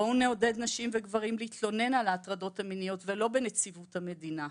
בואו נעודד נשים וגברים להתלונן על ההטרדות המיניות ולא בנציבות המדינה.